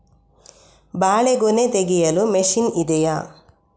ಬಾಳೆಗೊನೆ ತೆಗೆಯಲು ಮಷೀನ್ ಇದೆಯಾ?